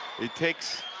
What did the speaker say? it takes